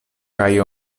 kaj